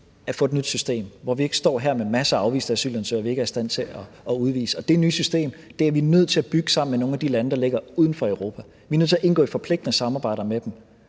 at få et nyt system, hvor vi ikke står her med masser af afviste asylansøgere, som vi ikke er i stand til at udvise. Og det nye system er vi nødt til at opbygge sammen med nogle af de lande, der ligger uden for Europa. Vi er nødt til at indgå i forpligtende samarbejder med dem.